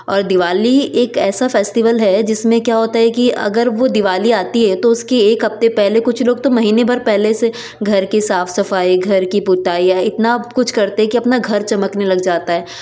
और दिवाली एक ऐसा फेस्टिबल है इसमें क्या होता है कि अगर वो दिवाली आती है तो उसकी एक हफ्ते पहले कुछ लोग तो महीने भर पहले से घर की साफ़ सफाई घर की पुताई आई इतना अब कुछ करते है कि अपना घर चमकने लग जाता है